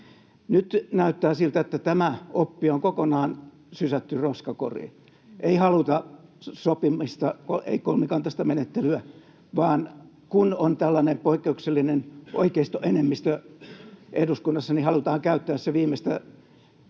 Nyt näyttää siltä, että tämä oppi on kokonaan sysätty roskakoriin. Ei haluta sopimista, ei kolmikantaista menettelyä, vaan kun on tällainen poikkeuksellinen oikeistoenemmistö eduskunnassa, niin halutaan käyttää se viimeistä